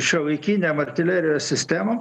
šiuolaikinėm artilerijos sistemom